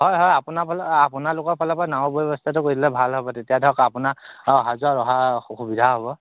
হয় হয় আপোনাৰফালৰপৰা আপোনালোকৰফালৰপৰা নাৱৰ ব্যৱস্থাটো কৰি দিলে ভাল হ'ব তেতিয়া ধৰক আপোনাৰ আৰু অহা যোৱা অহা অঁ সুবিধা হ'ব